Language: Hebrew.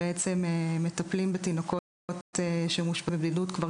מטפלים בתינוקות שמאושפזים בבדיקות כבר